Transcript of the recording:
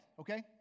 okay